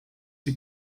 die